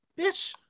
Bitch